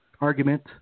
argument